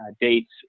dates